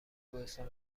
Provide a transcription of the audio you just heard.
کوهستان